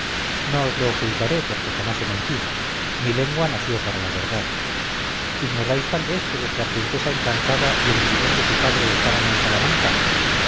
os lo ocultaré porque jamás he mentido mi lengua nació para la verdad ignoráis tal vez que vuestra princesa encantada y el bribón de su padre estaban en salamanca